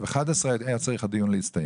ב-11:00 הדיון היה צריך להסתיים.